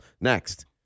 Next